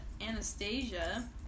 Anastasia